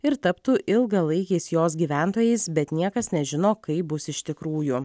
ir taptų ilgalaikiais jos gyventojais bet niekas nežino kaip bus iš tikrųjų